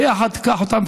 ביחד תיקח אותם,